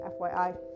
fyi